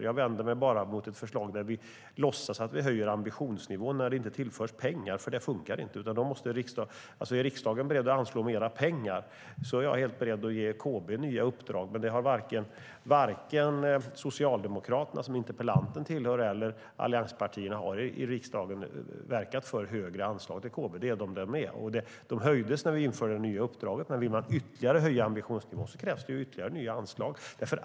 Jag vänder mig bara mot ett förslag där vi låtsas att vi höjer ambitionsnivån när det inte tillförs pengar, för det funkar inte. Är riksdagen beredd att anslå mer pengar är jag helt beredd att ge KB nya uppdrag. Men varken Socialdemokraterna, som interpellanten tillhör, eller allianspartierna har i riksdagen verkat för högre anslag till KB. De höjdes när vi införde det nya uppdraget, men vill man ytterligare höja ambitionsnivån krävs det ytterligare nya anslag.